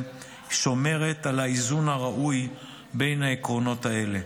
שומר על האיזון הראוי בין העקרונות האלה.